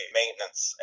maintenance